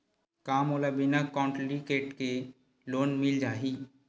का मोला बिना कौंटलीकेट के लोन मिल जाही?